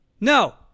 No